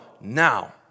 now